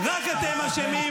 רק אתם אשמים.